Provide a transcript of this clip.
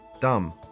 Dumb